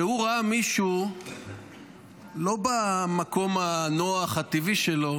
כשהוא ראה מישהו לא במקום הנוח, הטבעי שלו,